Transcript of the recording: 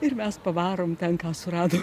ir mes pavarom ten ką suradom